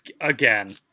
again